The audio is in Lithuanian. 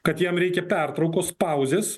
kad jam reikia pertraukos pauzės